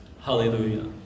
Hallelujah